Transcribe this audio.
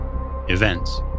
events